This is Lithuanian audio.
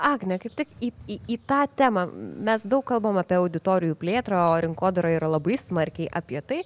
agnė kaip tik į į tą temą mes daug kalbam apie auditorijų plėtrą o rinkodara yra labai smarkiai apie tai